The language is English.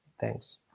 Thanks